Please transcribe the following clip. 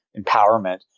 empowerment